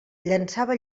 llançava